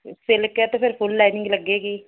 silk ਹੈ ਤਾਂ ਫਿਰ ਫੁੱਲ ਲਾਈਨਿੰਗ ਲੱਗੇਗੀ